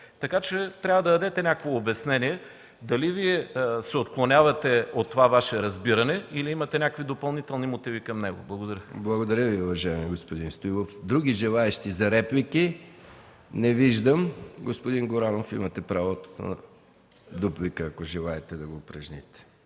Трябва да дадете някакво обяснение дали Вие се отклонявате от това Ваше разбиране, или имате някакви допълнителни мотиви към него? Благодаря. ПРЕДСЕДАТЕЛ МИХАИЛ МИКОВ: Благодаря Ви, уважаеми господин Стоилов. Други желаещи за реплики? Не виждам. Господин Горанов, имате право на дуплика, ако желаете да го упражните.